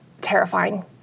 terrifying